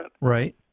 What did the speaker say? Right